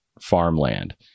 farmland